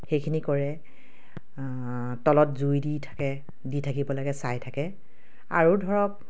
সেইখিনি কৰে তলত জুই দি থাকে দি থাকিব লাগে চাই থাকে আৰু ধৰক